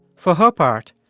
for her part,